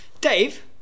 Dave